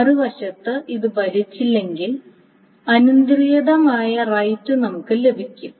മറുവശത്ത് ഇത് പാലിച്ചില്ലെങ്കിൽ അനിയന്ത്രിതമായ റൈറ്റ് നമുക്ക് ലഭിക്കും